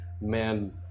man